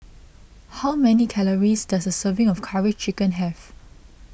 how many calories does a serving of Curry Chicken have